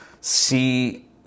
see